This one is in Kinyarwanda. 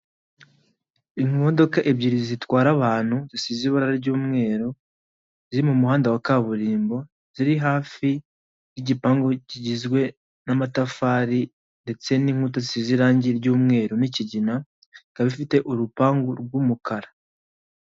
Imodoka ebyiri zitwara abantu zisize ibara ry'umweru ziri mu muhanda wa kaburimbo ziri hafi y'igipangu kigizwe n'amatafari ndetse n'inku zisize irangi ry'umweru n'ikigina ikaba ifite urupangu rw'umukara.